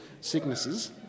sicknesses